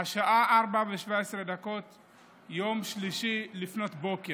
תיזכר בשעה הזאת כמי שבמשמרת שלך עובר